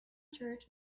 church